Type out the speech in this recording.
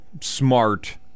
smart